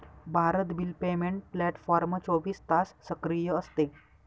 Bharat bill payment platform चोवीस तास सक्रिय असते